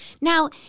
Now